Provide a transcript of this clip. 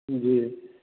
जी